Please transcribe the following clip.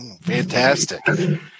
Fantastic